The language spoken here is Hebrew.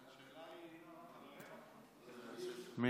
השאלה היא, מי?